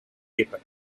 epic